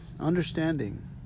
understanding